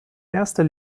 erster